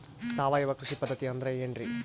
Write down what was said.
ಸಾವಯವ ಕೃಷಿ ಪದ್ಧತಿ ಅಂದ್ರೆ ಏನ್ರಿ?